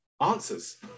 answers